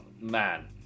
man